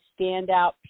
standout